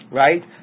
right